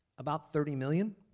about thirty million.